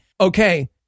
Okay